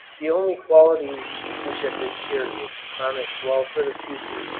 the only qualities which at this period promised well for the future,